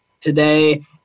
today